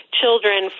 children